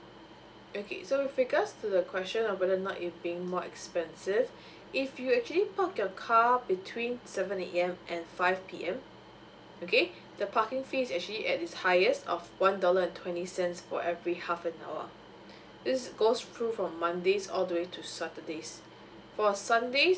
okay so with regards to the question of whether night is being more expensive if you actually park your car between seven a m and five p m okay the parking fee is at its highest of one dollar and twenty cents for every half an hour this goes through from mondays all the way till saturdays for sundays and